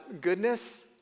goodness